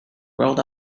rode